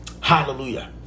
hallelujah